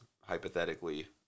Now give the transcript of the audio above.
hypothetically